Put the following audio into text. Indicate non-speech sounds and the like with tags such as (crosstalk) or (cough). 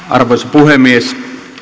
(unintelligible) arvoisa puhemies